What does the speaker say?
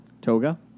Toga